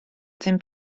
dim